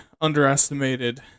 underestimated